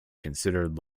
considered